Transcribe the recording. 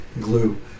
glue